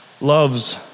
loves